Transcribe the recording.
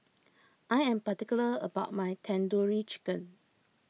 I am particular about my Tandoori Chicken